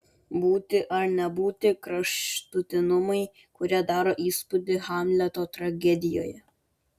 būti ar nebūti kraštutinumai kurie daro įspūdį hamleto tragedijoje